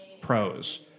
pros